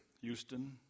Houston